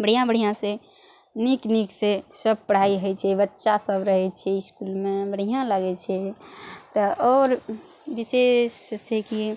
बढ़िआँ बढ़िआँसँ नीक नीकसँ सब पढ़ाइ होइ छै बच्चा सब रहय छै इसकुलमे बढ़िआँ लागय छै तऽ आओर विशेष छै की